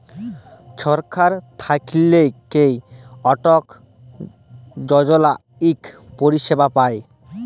ছরকার থ্যাইকে অটল যজলা ইক পরিছেবা পায়